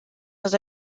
was